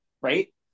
right